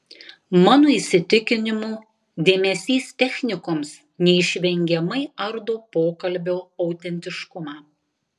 mano įsitikinimu dėmesys technikoms neišvengiamai ardo pokalbio autentiškumą